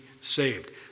saved